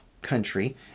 country